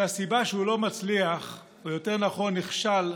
שהסיבה שהוא לא מצליח, או יותר נכון נכשל,